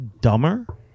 dumber